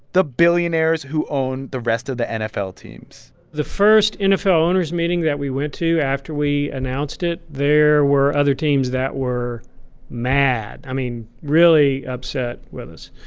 the billionaires who own the rest of the nfl teams the first nfl owners meeting that we went to after we announced it, there were other teams that were mad i mean, really upset with us.